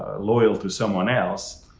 loyal to someone else.